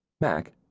Mac